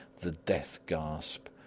the death-gasp,